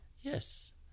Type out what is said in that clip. Yes